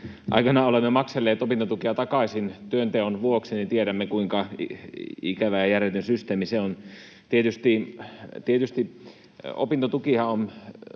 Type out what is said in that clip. aikanaan olemme makselleet opintotukea takaisin työnteon vuoksi, tiedämme, kuinka ikävä ja järjetön systeemi se on. Opintotukihan on